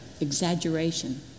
exaggeration